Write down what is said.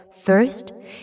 First